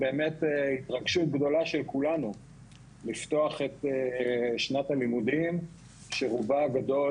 באמת התרגשות גדולה של כולנו לפתוח את שנת הלימודים שרובה הגדול